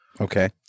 Okay